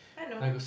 I know